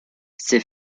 ces